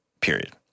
period